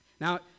Now